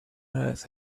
earth